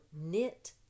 knit